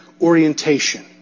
orientation